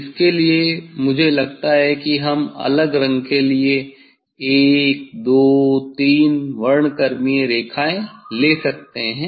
जिसके लिए मुझे लगता है कि हम अलग रंग के 1 2 3 वर्णक्रमीय रेखाएं ले सकते हैं